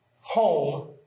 home